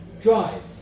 Drive